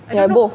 at both